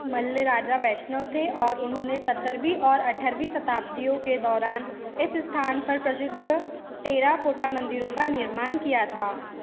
मल्ल राजा वैष्णव थे और उन्होंने सत्रहवीं और अठारहवीं शताब्दियों के दौरान इस स्थान पर प्रसिद्ध टेराकोटा मंदिरों का निर्माण किया था